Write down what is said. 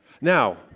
Now